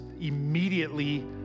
immediately